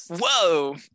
Whoa